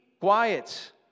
quiet